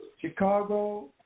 Chicago